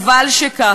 חבל שכך.